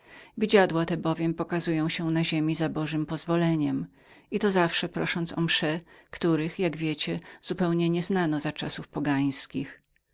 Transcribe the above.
widziadła te albowiem pokazują się na ziemi za bożem dozwoleniem i to zawsze prosząc się o msze których jak wiecie zupełnie nieznano za czasów pogańskich